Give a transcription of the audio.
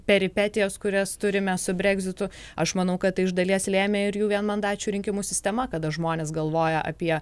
peripetijas kurias turime su bregzitu aš manau kad tai iš dalies lėmė ir jų vienmandačių rinkimų sistema kada žmonės galvoja apie